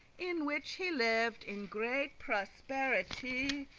in which he liv'd in great prosperity